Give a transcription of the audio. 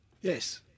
Yes